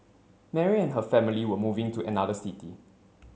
Mary and her family were moving to another city